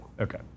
Okay